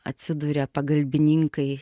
atsiduria pagalbininkai